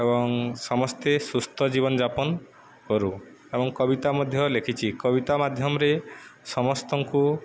ଏବଂ ସମସ୍ତେ ସୁସ୍ଥ ଜୀବନଯାପନ କରୁ ଏବଂ କବିତା ମଧ୍ୟ ଲେଖିଛି କବିତା ମାଧ୍ୟମରେ ସମସ୍ତଙ୍କୁ